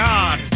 God